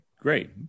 Great